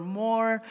more